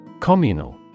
Communal